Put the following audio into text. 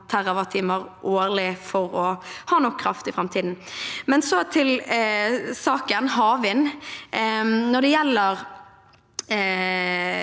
årlig, for å ha nok kraft i framtiden. Så til saken – havvind: Når det gjelder